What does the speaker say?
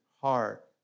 heart